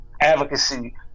advocacy